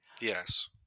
Yes